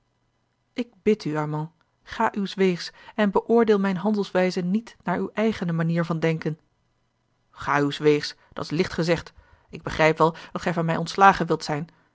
ik bid u armand ga uws weegs en beoordeel mijne handelwijze niet naar uwe eigene manier van denken ga uws weegs dat is licht gezegd ik begrijp wel dat gij van mij ontslagen wilt zijn